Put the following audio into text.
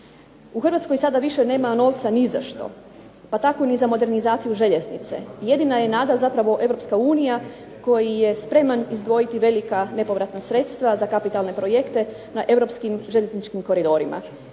U Hrvatskoj sada više nema novca nizašto pa tako ni za modernizaciju željeznice. Jedina je nada zapravo EU koji je spreman izdvojiti velika nepovratna sredstva za kapitalne projekte na europskim željezničkim koridorima."